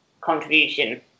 contribution